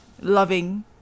loving